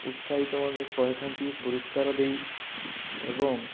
ଉତ୍ସାହିତ ମଧ୍ୟ କରିଥାନ୍ତି ପୁରସ୍କାର ଦେଇ ଏବଂ